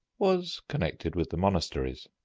was connected with the monasteries.